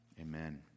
Amen